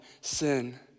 sin